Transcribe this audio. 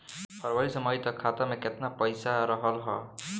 फरवरी से मई तक खाता में केतना पईसा रहल ह?